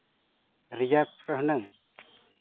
reserve ᱨᱮ ᱦᱩᱱᱟᱹᱝ